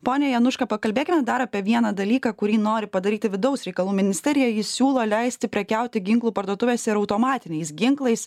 pone januška pakalbėkim dar apie vieną dalyką kurį nori padaryti vidaus reikalų ministerija ji siūlo leisti prekiauti ginklų parduotuvėse ir automatiniais ginklais